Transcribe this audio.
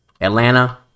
Atlanta